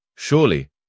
Surely